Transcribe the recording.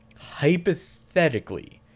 hypothetically